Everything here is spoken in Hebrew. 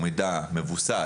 הוא מידע מבוסס,